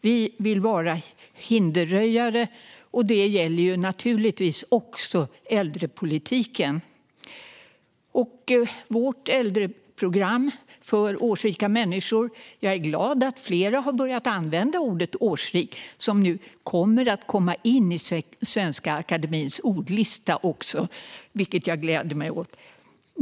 Vi vill vara hinderröjare, och det gäller naturligtvis även inom äldrepolitiken. Vi har ett äldreprogram för årsrika människor. Jag är förresten glad över att fler har börjat använda ordet "årsrik" som nu kommer att komma in i Svenska Akademiens ordlista , vilket gläder mig.